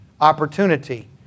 opportunity